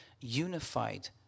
unified